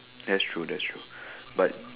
that's true that's true but